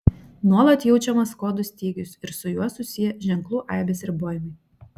nuolat jaučiamas kodų stygius ir su juo susiję ženklų aibės ribojimai